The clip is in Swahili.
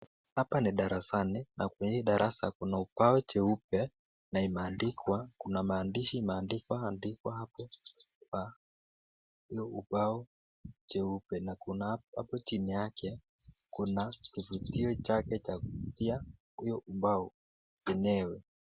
Hapa ni darasani na kwenye hii darasa kuna ubao cheupe na imeandikwa kuna maandishi maandikwa hapo kwa huo ubao cheupe na kuna hapo chini yake kuna kivutio chake cha kuvutia huo ubao penyewe.